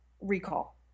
recall